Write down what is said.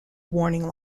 warning